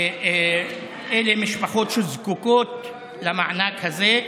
אלה משפחות שזקוקות למענק הזה,